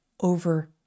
over